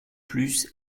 plus